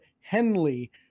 Henley